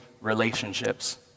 relationships